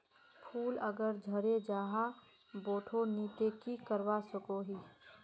फूल अगर झरे जहा बोठो नी ते की करवा सकोहो ही?